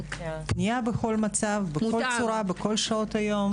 פנייה בכל מצב, בכל צורה, בכל שעות היום.